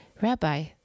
Rabbi